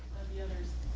the others,